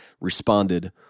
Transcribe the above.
responded